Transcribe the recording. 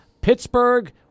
Pittsburgh